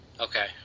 okay